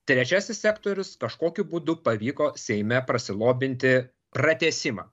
trečiasis sektorius kažkokiu būdu pavyko seime prasilobinti pratęsimą